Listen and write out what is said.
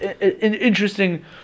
Interesting